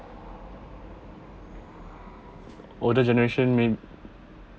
older generation maybe